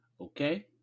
okay